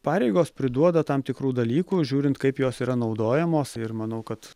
pareigos priduoda tam tikrų dalykų žiūrint kaip jos yra naudojamos ir manau kad